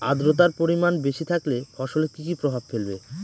আদ্রর্তার পরিমান বেশি থাকলে ফসলে কি কি প্রভাব ফেলবে?